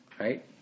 Right